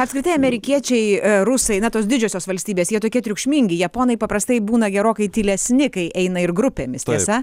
apskritai amerikiečiai rusai na tos didžiosios valstybės jie tokie triukšmingi japonai paprastai būna gerokai tylesni kai eina ir grupėmis tiesa